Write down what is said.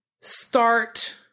start